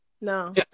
no